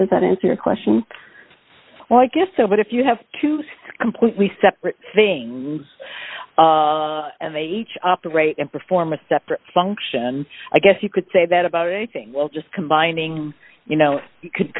does that answer your question well i guess so but if you have to skimp we separate things and they each operate and perform a separate function i guess you could say that about anything we'll just combining you know you could